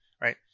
Right